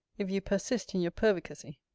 if you persist in your pervicacy.